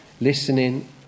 Listening